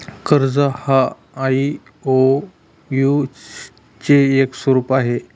कर्ज हा आई.ओ.यु चे एक स्वरूप आहे